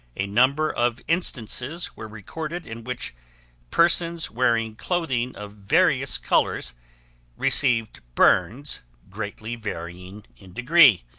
a number of instances were recorded in which persons wearing clothing of various colors received burns greatly varying in degree,